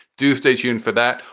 do stay tuned for that.